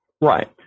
Right